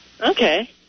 okay